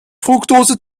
fruktose